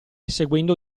seguendo